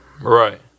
Right